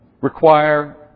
require